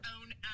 own